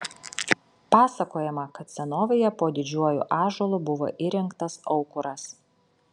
pasakojama kad senovėje po didžiuoju ąžuolu buvo įrengtas aukuras